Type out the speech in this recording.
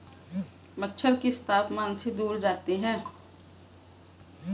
मच्छर किस तापमान से दूर जाते हैं?